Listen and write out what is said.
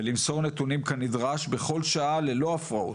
ולמסור נתונים כנדרש בכל שעה ללא הפרעות.